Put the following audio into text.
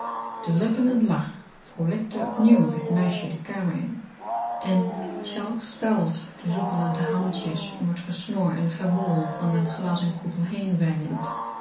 de lippen in lach vroolijkte opnieuw het meisje de kamer in en schalksch speelsch de soepele handjes om het gesnor en gewoel van den glazen koepel